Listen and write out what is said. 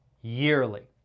yearly